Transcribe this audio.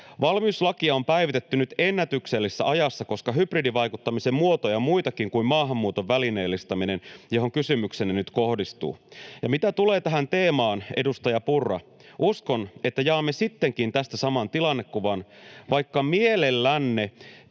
”Valmiuslakia on päivitetty nyt ennätyksellisessä ajassa, koska hybridivaikuttamisen muotoja on muitakin kuin maahantulon välineellistäminen, johon kysymyksenne nyt kohdistuu. Ja mitä tulee tähän teemaan, edustaja Purra, uskon, että jaamme sittenkin tästä saman tilannekuvan, vaikka mielellänne